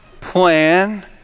plan